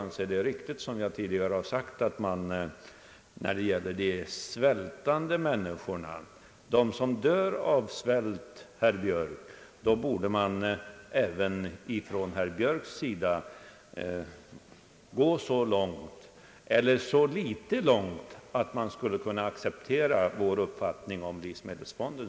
När det sedan gäller de människor som håller på att dö av svält borde man även från herr Björks sida kunna gå så pass långt att man accepterade vår uppfattning om livsmedelsfonden.